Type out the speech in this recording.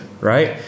right